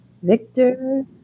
Victor